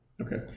Okay